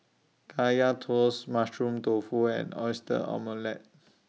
Kaya Toast Mushroom Tofu and Oyster Omelette